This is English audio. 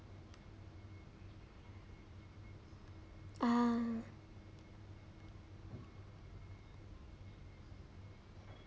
ah